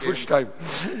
כפול שתיים.